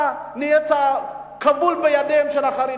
אתה נהיית כבול בידיהם של החרדים.